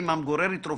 גם אם זה נכתב